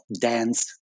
dance